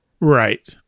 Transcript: Right